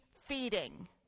feeding